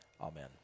Amen